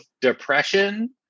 depression